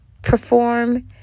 perform